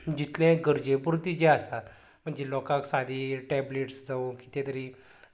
जितलें गरजे पुरती जे आसा म्हणजे लोकांक सादी टेबलेट्स जावूं कितें तरी